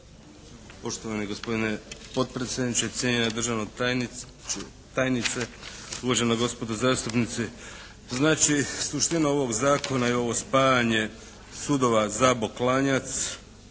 Poštovani gospodine potpredsjedniče, cijenjena državna tajnice, uvažena gospodo zastupnici. Znači, suština ovog zakona je ovo spajanje sudova Zabok-Klanjac